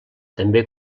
també